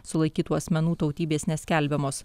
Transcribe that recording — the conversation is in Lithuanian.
sulaikytų asmenų tautybės neskelbiamos